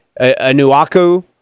Anuaku